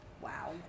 Wow